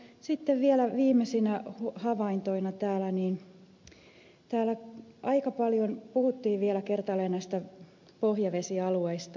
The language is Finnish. sitten vielä viimeisinä havaintoina että täällä aika paljon puhuttiin vielä kertaalleen näistä pohjavesialueista